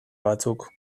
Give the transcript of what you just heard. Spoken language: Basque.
batzuk